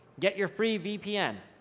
get your free vpn.